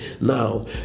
Now